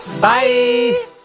Bye